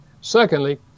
Secondly